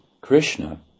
Krishna